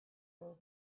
will